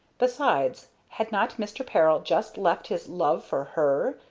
besides, had not mr. peril just left his love for her,